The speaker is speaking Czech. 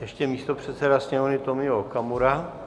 Ještě místopředseda Sněmovny Tomio Okamura.